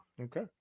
okay